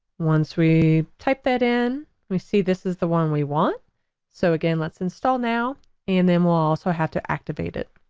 once we type that in we see this is the one we want so again let's install now and then we'll also have to activate it.